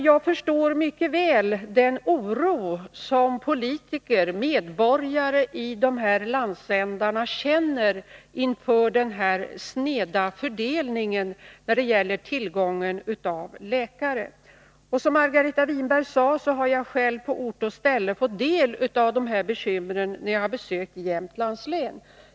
Jag förstår mycket väl den oro som politiker och medborgare i de här landsändarna känner inför den sneda fördelningen i fråga om tillgången till läkare. Som Margareta Winberg sade, har jag själv på ort och ställe fått ta del av dessa bekymmer när jag har besökt Jämtlands län.